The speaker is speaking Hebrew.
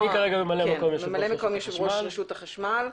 אני כרגע ממלא מקום יושב-ראש רשות החשמל.